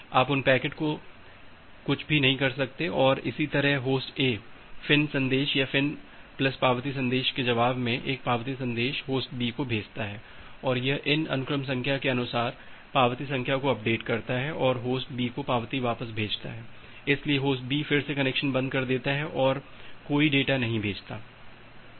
आप उन पैकेटों के साथ कुछ भी नहीं कर सकते और इसी तरह होस्ट ए फ़िन् संदेश या फ़िन् प्लस पावती संदेश के जवाब में एक पावती संदेश होस्ट बी को भेजता है और यह इन अनुक्रम संख्या के अनुसार पावती संख्या को अपडेट करता है और होस्ट बी को पावती वापस भेजता है इसलिए होस्ट बी फिर से कनेक्शन बंद कर देता है और कोई डेटा नहीं भेजता है